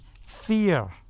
fear